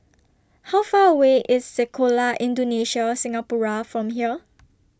How Far away IS Sekolah Indonesia Singapura from here